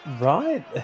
Right